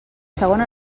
segona